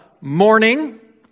morning